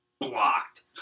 blocked